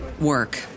work